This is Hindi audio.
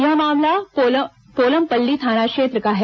यह मामला पोलमपल्ली थाना क्षेत्र का है